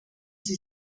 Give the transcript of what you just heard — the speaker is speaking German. sie